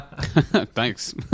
Thanks